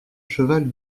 cheval